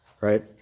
right